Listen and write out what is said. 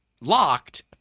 locked